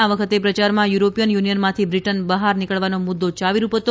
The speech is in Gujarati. આ વખતે પ્રયારમાં યુરોપીયન યુનિયનમાંથી બ્રિટન બહાર નીકળવાનો મુદ્દો ચાવીરૂપ હતો